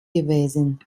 gewesen